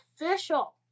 official